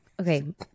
Okay